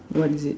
what is it